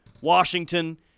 Washington